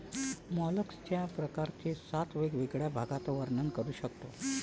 मॉलस्कच्या प्रकारांचे सात वेगवेगळ्या भागात वर्णन करू शकतो